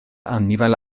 anifail